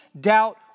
doubt